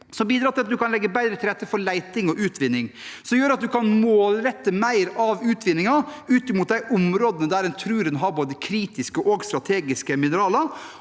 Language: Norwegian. som bidrar til at man kan legge bedre til rette for leting og utvinning, og som gjør at man kan målrette mer av utvinningen mot de områdene der en tror en har både kritiske og strategiske mineraler.